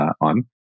on